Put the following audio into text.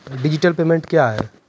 Digital payment क्या हैं?